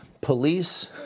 Police